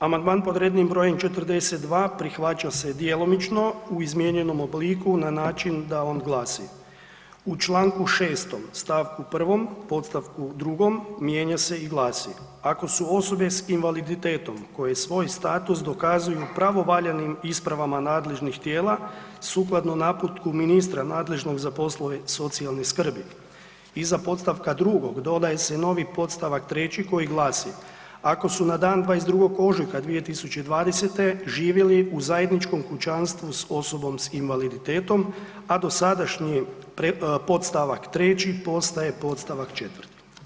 Amandman pod rednim brojem 42. prihvaća se djelomično u izmijenjenom obliku na način da on glasi „u čl. 6. st. 1. podstavku 2. mijenja se i glasi: ako su osobe s invaliditetom koje svoj status dokazuju pravovaljanim ispravama nadležnih tijela sukladno naputku ministra nadležnog za poslove socijalne skrbi.“ Iza podstavka 2. dodaje se novi podstavak 3. koji glasi: ako su na dan 22. ožujka 2020. živjeli u zajedničkom kućanstvu s osobom s invaliditetom, a dosadašnji podstavak 3. postaje podstavak 4.